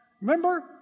remember